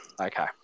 Okay